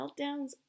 meltdowns